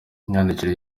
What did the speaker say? imyandikire